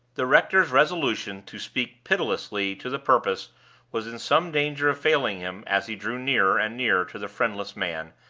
the rector's resolution to speak pitilessly to the purpose was in some danger of failing him as he drew nearer and nearer to the friendless man,